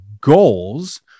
goals